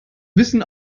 wissen